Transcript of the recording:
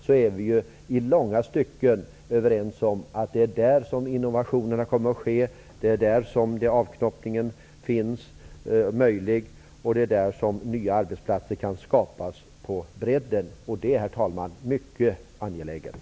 Vi är i långa stycken överens om att det är i småföretagen som innovationer kommer att ske. Det är där som nya arbetstillfällen kan skapas. Och detta, herr talman, är mycket angeläget.